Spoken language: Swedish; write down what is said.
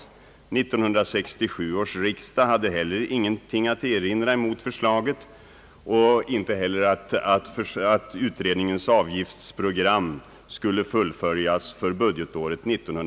1967 års riksdag hade heller ingenting att erinra mot förslaget och inte heller mot att utredningens avgiftsprogram skulle fullföljas för budgetåret 1967/68.